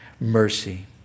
mercy